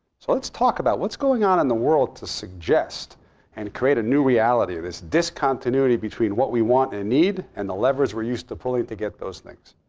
so let's talk about what's going on in the world to suggest and create a new reality, this discontinuity between what we want and need and the levers we're used to pulling to get those things,